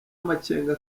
amakenga